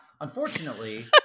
unfortunately